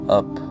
up